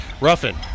Ruffin